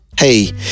hey